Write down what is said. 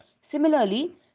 similarly